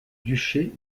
duché